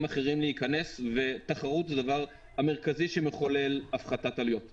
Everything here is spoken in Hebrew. להיכנס ותחרות זה הדבר המרכזי שמחולל הפחתת עלויות